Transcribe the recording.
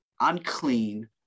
unclean